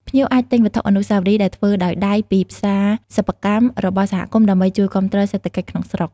ភ្ញៀវអាចទិញវត្ថុអនុស្សាវរីយ៍ដែលធ្វើដោយដៃពី ផ្សារសិប្បកម្ម របស់សហគមន៍ដើម្បីជួយគាំទ្រសេដ្ឋកិច្ចក្នុងស្រុក។